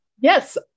Yes